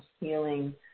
healing